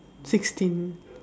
sixteen